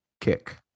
kick